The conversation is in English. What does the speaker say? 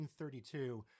1932